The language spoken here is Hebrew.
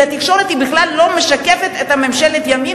כי התקשורת בכלל לא משקפת את ממשלת הימין